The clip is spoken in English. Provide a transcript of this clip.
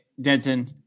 Denton